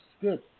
Good